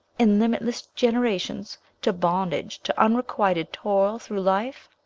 in limitless generations, to bondage, to unrequited toil through life?